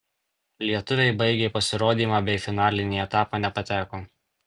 lietuviai baigė pasirodymą bei į finalinį etapą nepateko